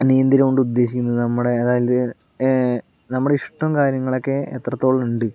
നീന്തല് കൊണ്ട് ഉദ്ദേശിക്കുന്നത് നമ്മുടെ അതായത് നമ്മുടെ ഇഷ്ടവും കാര്യങ്ങളൊക്കെ എത്രത്തോളം ഉണ്ട്